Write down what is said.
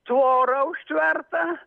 tvora užtverta